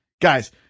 Guys